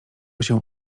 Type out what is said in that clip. się